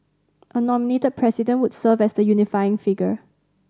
a nominated President would serve as the unifying figure